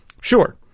Sure